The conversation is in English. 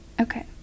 Okay